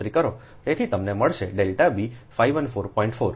તેથી તમને મળશે ડેલ્ટા b 514